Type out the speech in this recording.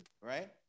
right